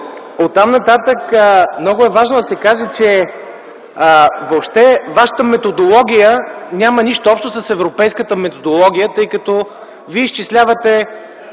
Оттам нататък много е важно да се каже, че вашата методология няма нищо общо с европейската методология, тъй като вие изчислявате